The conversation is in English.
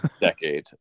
decade